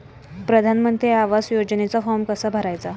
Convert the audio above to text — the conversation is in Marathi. प्रधानमंत्री आवास योजनेचा फॉर्म कसा भरायचा?